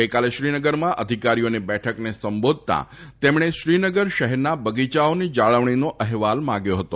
ગઈકાલે શ્રીનગરમાં અધિકારીઓની બેઠકને સંબોધતા તેમણે શ્રીનગર શહેરના બગીયાઓની જાળવણીનો અહેવાલ માગ્યો હતો